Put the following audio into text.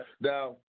Now